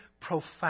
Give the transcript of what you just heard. profound